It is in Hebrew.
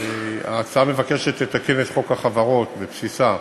ההצעה מבקשת לתקן את חוק החברות, בבסיסה,